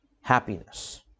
Happiness